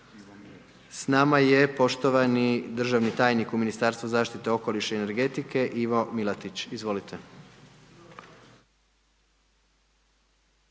S nama je poštovani državni tajnik u Ministarstvu zaštite okoliša i energetike Ivo Milatić. Izvolite.